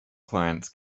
clients